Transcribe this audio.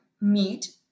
meat